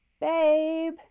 Babe